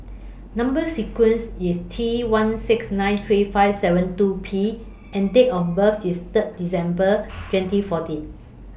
Number sequence IS T one six nine three five seven two P and Date of birth IS Third December twenty fourteen